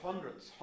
Hundreds